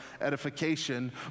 edification